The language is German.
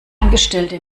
angestellte